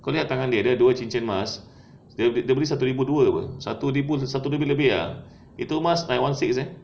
kau lihat tangan dia dia ada dua cincin emas dia dia beli satu satu ribu dua satu satu ribu lebih ah itu emas one six eh